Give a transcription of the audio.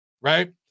right